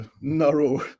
narrow